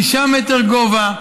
שישה מטרים גובה,